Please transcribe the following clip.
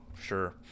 Sure